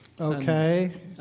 Okay